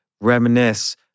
reminisce